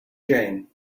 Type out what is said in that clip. jane